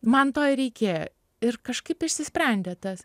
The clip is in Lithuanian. man to ir reikėjo ir kažkaip išsisprendė tas